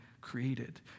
created